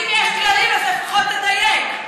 אם יש כללים, לפחות תדייק.